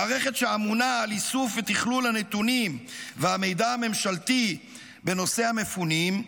המערכת שאמונה על איסוף ותכלול הנתונים והמידע הממשלתי בנושא המפונים,